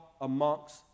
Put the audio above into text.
amongst